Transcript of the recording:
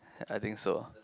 I think so